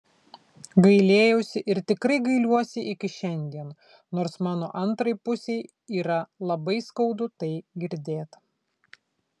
gailėjausi ir tikrai gailiuosi iki šiandien nors mano antrai pusei yra labai skaudu tai girdėt